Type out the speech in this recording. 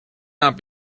not